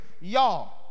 y'all